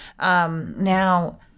Now